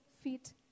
feet